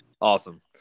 Awesome